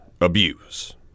abuse